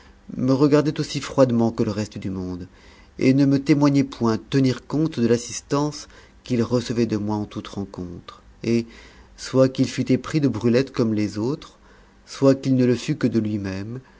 me regardait aussi froidement que le reste du monde et ne me témoignait point tenir compte de l'assistance qu'il recevait de moi en toute rencontre et soit qu'il fût épris de brulette comme les autres soit qu'il ne le fût que de lui-même